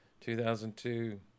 2002